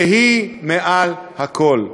שהיא מעל הכול.